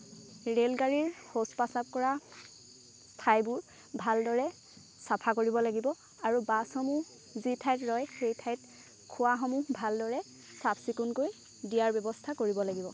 ৰেলগাড়ীৰ শৌচ প্ৰসাৱ কৰা ঠাইবোৰ ভালদৰে চাফা কৰিব লাগিব আৰু বাছসমূহ যি ঠাইত ৰয় সেই ঠাইত খোৱাসমূহ ভালদৰে চাফ চিকুণকৈ দিয়াৰ ব্যৱস্থা কৰিব লাগিব